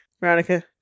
Veronica